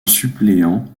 suppléant